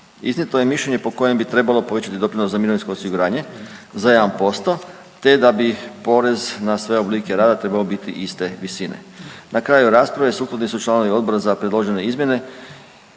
Iznijeto je mišljenje po kojem bi trebalo povećati doprinos za mirovinsko osiguranje za 1%, te da bi porez na sve oblike rada trebao biti iste visine. Na kraju rasprave suglasni su članovi odbora za predložene izmjene